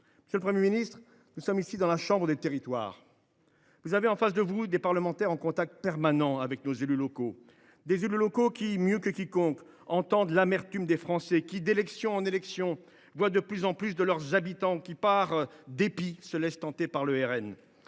Monsieur le Premier ministre, nous sommes ici dans la chambre des territoires. Vous avez en face de vous des parlementaires en contact permanent avec nos élus locaux. Or les élus locaux, mieux que quiconque, entendent l’amertume des Français et, d’élection en élection, voient de plus en plus d’habitants de leur territoire, par dépit, se laisser tenter par le